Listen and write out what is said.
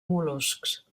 mol·luscs